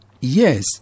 Yes